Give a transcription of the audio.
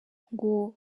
ngo